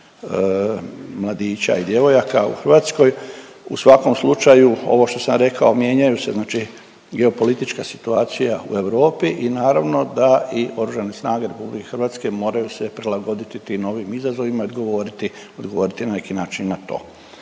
mladića i djevojaka i Hrvatskoj. U svakom slučaju ovo što sam rekao mijenjaju se znači geopolitička situacija u Europi i naravno da i oružane snage RH moraju se prilagoditi tim novim izazovima i odgovoriti, odgovoriti na neki način na to.